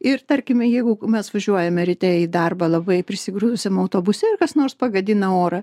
ir tarkim jeigu mes važiuojame ryte į darbą labai prisigrūdusiam autobuse ir kas nors pagadina orą